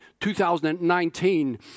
2019